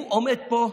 הוא עומד פה,